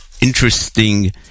interesting